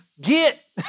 Get